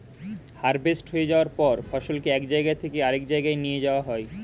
harvest হয়ে যাওয়ার পর ফসলকে এক জায়গা থেকে আরেক জায়গায় নিয়ে যাওয়া হয়